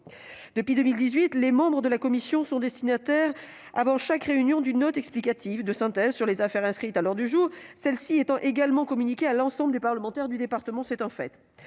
Depuis 2018, les membres de la commission sont destinataires avant chaque réunion d'une note explicative de synthèse sur les affaires inscrites à l'heure du jour, celle-ci étant également communiquée à l'ensemble des parlementaires du département. En 2018,